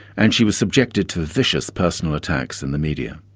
and she was subjected to vicious personal attacks in the media.